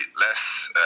less